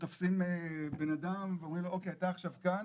תופסים בן אדם ואומרים לו: אתה עכשיו כאן.